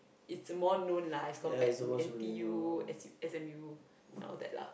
it's more know lah as compared to N_T_U S_M_U all that lah